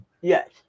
Yes